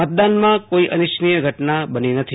મતદાનમાં કોઈ અનિચ્છિનોય ઘટના બની નથી